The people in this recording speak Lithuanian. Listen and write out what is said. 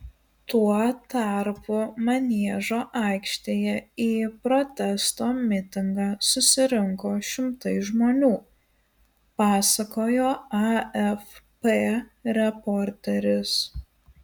tuo tarpu maniežo aikštėje į protesto mitingą susirinko šimtai žmonių pasakojo afp reporteris